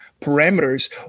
parameters